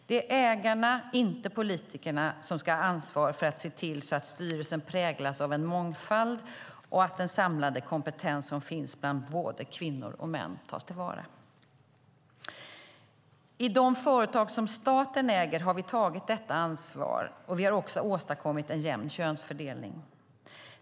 Det är ägarna, inte politikerna, som ska ha ansvar för att se till att styrelsen präglas av en mångfald och att den samlade kompetens som finns bland både kvinnor och män tas till vara. I de företag som staten äger har vi tagit detta ansvar, och vi har åstadkommit en jämn könsfördelning.